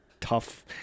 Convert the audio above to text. tough